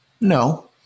no